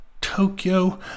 Tokyo